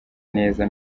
neza